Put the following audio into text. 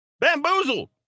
Bamboozled